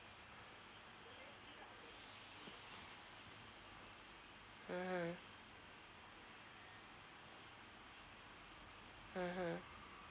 mmhmm mmhmm